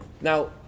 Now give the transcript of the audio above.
Now